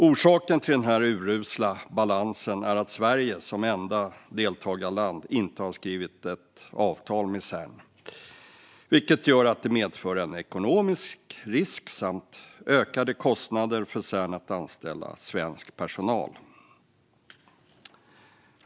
Orsaken till denna urusla balans är att Sverige som enda deltagarland inte har skrivit ett avtal med Cern, vilket medför en ekonomisk risk samt ökade kostnader för Cern att anställa svensk personal.